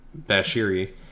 Bashiri